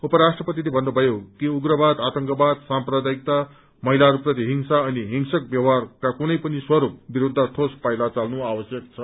उपाष्ट्रपतिले भन्नुभयो कि उग्रवाद आतंकवाद साम्प्रदायिकता महिलाहरूप्रति हिंसा अनि हिंसक व्यवहारका कुनै पनि स्वरूप विरूद्ध ठोस पाइला चाल्नु आवश्यक छ